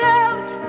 out